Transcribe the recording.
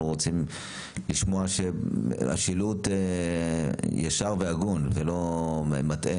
אנחנו רוצים לשמוע שהשילוט הוא ישר והגון ושהוא לא מטעה.